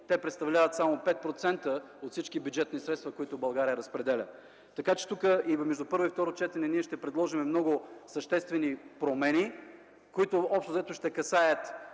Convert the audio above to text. а представляват само 5% от всички бюджетни средства, които България разпределя. Между първо и второ четене ще предложим много съществени промени, които ще касаят